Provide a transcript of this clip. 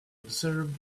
observed